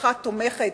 המשפחה תומכת,